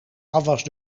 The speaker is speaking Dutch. afwas